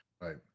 Right